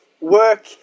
work